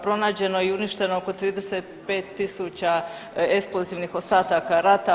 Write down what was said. Pronađeno i uništeno oko 35.000 eksplozivnih ostataka rata.